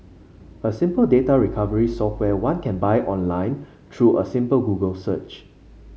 a simple data recovery software one can buy online through a simple Google search